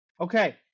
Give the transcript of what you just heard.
Okay